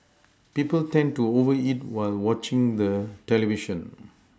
people tend to over eat while watching the television